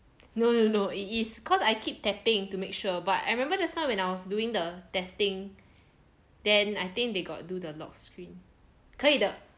no no no no no it is cause I keep tapping to make sure but I remember just now when I was doing the testing then I think they got do the lock screen 可以的